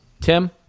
Tim